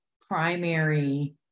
primary